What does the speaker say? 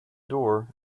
door